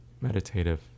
meditative